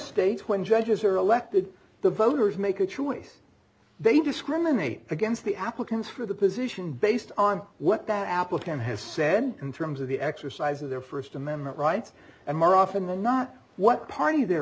states when judges are elected the voters make a choice they discriminate against the applicants for the position based on what that applicant has said in terms of the exercise of their first amendment rights and more often than not what party they're